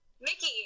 Mickey